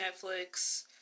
Netflix